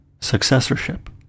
successorship